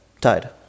tied